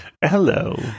Hello